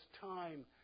time